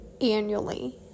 annually